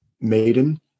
maiden